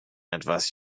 etwas